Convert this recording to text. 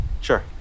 Sure